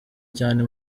cyane